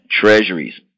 treasuries